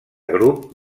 grup